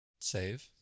Save